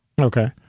Okay